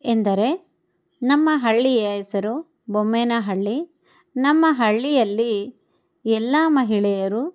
ಎಂದರೆ ನಮ್ಮ ಹಳ್ಳಿಯ ಹೆಸರು ಬೊಮ್ಮೇನಹಳ್ಳಿ ನಮ್ಮ ಹಳ್ಳಿಯಲ್ಲಿ ಎಲ್ಲ ಮಹಿಳೆಯರು